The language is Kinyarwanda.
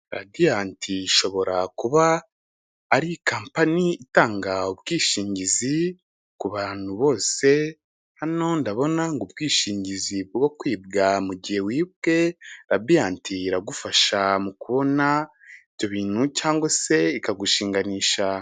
Radiant ishobora kuba ari company itanga ubwishingizi ku bantu bose, hano ndabona ngo ubwishingizi bwo kwibwa mu gihe wibwe Radiant iragufasha mu kubona ibyo bintu cyangwa se ikagushinganisha.